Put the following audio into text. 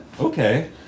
Okay